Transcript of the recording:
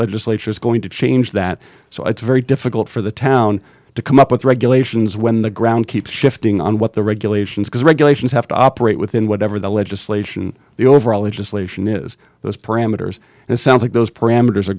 legislature is going to change that so it's very difficult for the town to come up with regulations when the ground keeps shifting on what the regulations because regulations have to operate within whatever the legislation the overall it is lucian is those parameters and it sounds like those parameters are